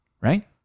right